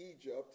egypt